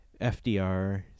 fdr